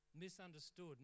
misunderstood